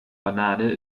banane